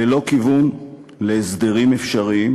ללא כיוון להסדרים אפשריים,